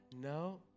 no